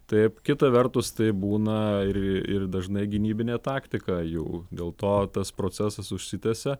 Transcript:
taip kita vertus taip būna ir ir dažnai gynybinė taktika jau dėl to tas procesas užsitęsia